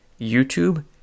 YouTube